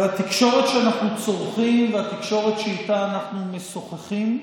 התקשורת שאנחנו צורכים והתקשורת שאיתה אנחנו משוחחים.